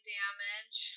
damage